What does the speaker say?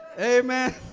Amen